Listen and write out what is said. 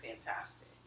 fantastic